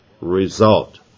result